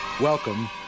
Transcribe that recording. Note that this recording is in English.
Welcome